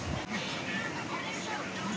এই মাসে রাসায়নিক সারের মূল্য কত রয়েছে?